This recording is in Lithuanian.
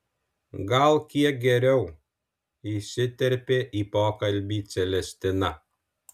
gal kiek geriau įsiterpė į pokalbį celestina